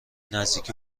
نزدیکی